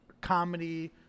comedy